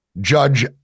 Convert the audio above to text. Judge